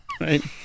right